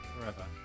forever